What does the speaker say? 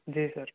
जी sir